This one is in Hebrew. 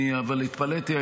אבל התפלאתי,